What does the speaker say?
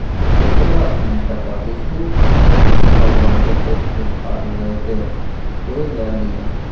एकरा अपने टका बुझु बौआ जतेक उधार लए क होए ल लिअ